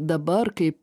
dabar kaip